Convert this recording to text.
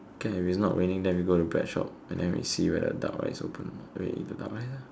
K if it's not raining then we go to bread shop and then see whether duck rice open or not then we eat the duck rice ah